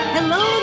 Hello